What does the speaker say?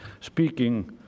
Speaking